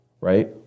right